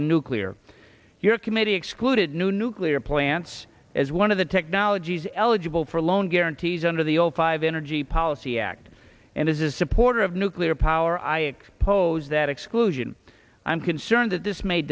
nuclear your committee excluded new nuclear plants as one of the technologies eligible for loan guarantees under the old five energy policy act and as a supporter of nuclear power i expose that exclusion i'm concerned that this may